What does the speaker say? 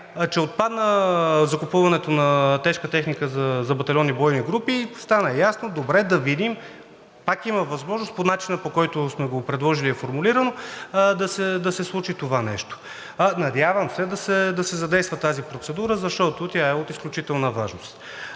че отпадна закупуването на тежка техника за батальонни бойни групи, стана ясно, добре, да видим, пак има възможност по начина, по който сме го предложили, е формулирано, да се случи това нещо. Надявам се да се задейства тази процедура, защото тя е от изключителна важност,